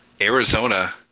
Arizona